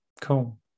Cool